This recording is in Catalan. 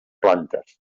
plantes